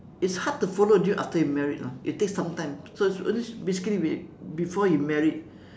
it's hard to follow during after you married lah it takes some time so it's basically we before you married